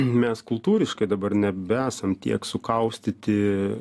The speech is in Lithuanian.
mes kultūriškai dabar nebeesam tiek sukaustyti